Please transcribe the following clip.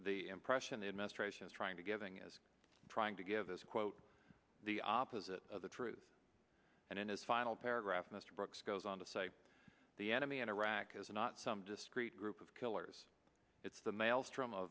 the impression the administration is trying to giving is trying to give is quote the opposite of the truth and in his final paragraph mr brooks goes on to say the enemy in iraq is not some discrete group of killers it's the maelstr